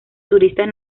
turistas